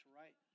right